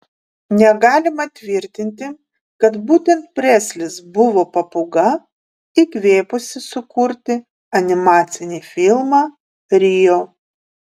negalima tvirtinti kad būtent preslis buvo papūga įkvėpusi sukurti animacinį filmą rio